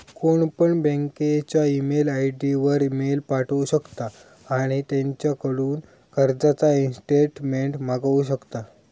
कोणपण बँकेच्या email ID वर मेल पाठवु शकता आणि त्यांच्याकडून कर्जाचा ईस्टेटमेंट मागवु शकता